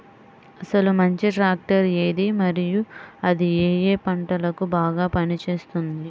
అసలు మంచి ట్రాక్టర్ ఏది మరియు అది ఏ ఏ పంటలకు బాగా పని చేస్తుంది?